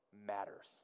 matters